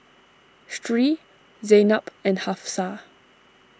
Sri Zaynab and Hafsa